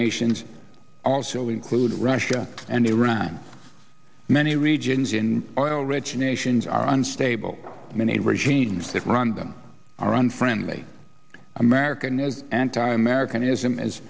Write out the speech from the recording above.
nations also include russia and iran many regions in oil rich nations are unstable many regimes that run them are unfriendly american and anti americanism